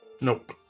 Nope